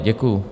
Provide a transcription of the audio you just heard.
Děkuju.